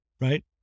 right